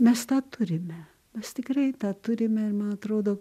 mes tą turime mes tikrai tą turime ir man atrodo